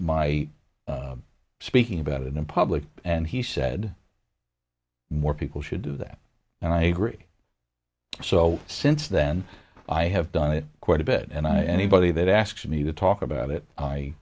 my speaking about it in public and he said more people should do that and i agree so since then i have done it quite a bit and i anybody that asks me to talk about it i